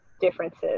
differences